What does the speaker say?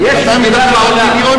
יש מדינה בעולם,